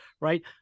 right